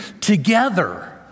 together